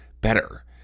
better